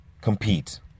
compete